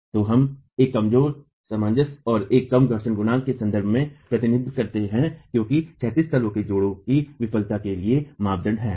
तो हम एक कम सामंजस्य और एक कम घर्षण गुणांक के संदर्भ में प्रतिनिधित्व करते हैं क्योंकि क्षैतिज तलों के जोड़ों की विफलता के लिए मापदंड है